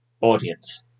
audience